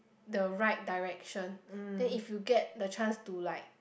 the right direction then if you get the chance to like